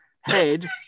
head